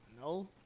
no